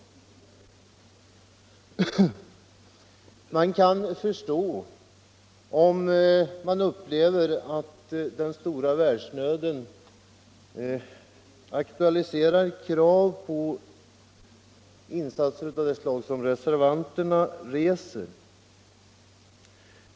för beredskapsän Det är förståeligt att man upplever det så att den stora världsnöden — damål aktualiserar krav på insatser av det slag som reservanterna föreslår.